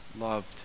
loved